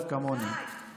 מהדף האחרון עוד רבע עמוד.